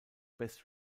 best